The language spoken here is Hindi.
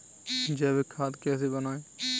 जैविक खाद कैसे बनाएँ?